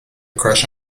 crush